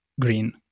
green